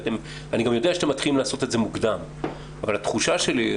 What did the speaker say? כי אני גם יודע שאתם מתחילים לעשות את זה מוקדם אבל התחושה שלי,